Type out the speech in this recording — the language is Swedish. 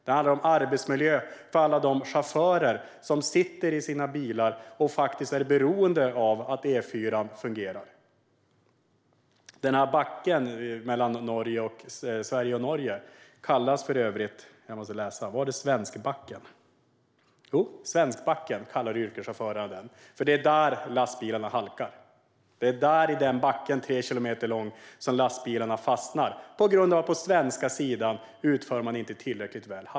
Det handlar om arbetsmiljö för alla de chaufförer som sitter i sina bilar och faktiskt är beroende av att E4:an fungerar. Backen mellan Sverige och Norge kallas för övrigt "svenskbacken" av yrkeschaufförerna. Det är där lastbilarna halkar. Det är i denna tre kilometer långa backe som lastbilarna fastnar på grund av att man på den svenska sidan inte utför halkbekämpning tillräckligt väl.